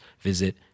visit